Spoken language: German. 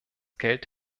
geld